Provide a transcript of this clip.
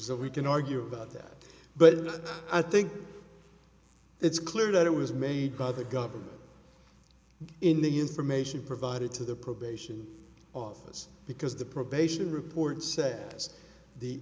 that we can argue about that but i think it's clear that it was made by the government in the information provided to the probation office because the probation report says the